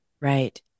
Right